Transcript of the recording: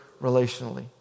relationally